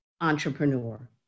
entrepreneur